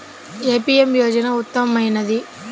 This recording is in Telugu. ఏ పీ.ఎం యోజన ఉత్తమమైనది?